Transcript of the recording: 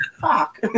fuck